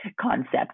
concept